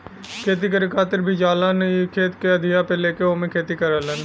खेती करे खातिर भी जालन इ खेत के अधिया पे लेके ओमे खेती करलन